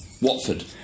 Watford